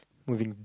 moving